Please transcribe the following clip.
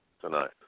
tonight